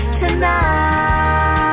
tonight